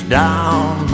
down